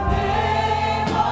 name